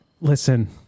listen